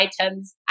items